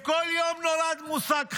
כל יום נולד מושג חדש.